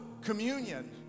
communion